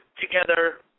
together